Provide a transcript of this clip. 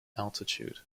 altitude